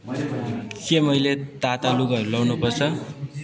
के मैले ताता लुगाहरू ल्याउनु पर्छ